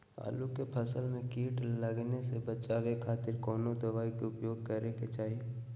आलू के फसल में कीट लगने से बचावे खातिर कौन दवाई के उपयोग करे के चाही?